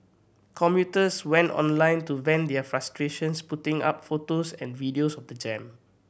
commuters went online to vent their frustrations putting up photos and videos of the jam